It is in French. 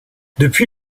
depuis